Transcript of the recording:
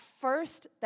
first